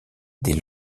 des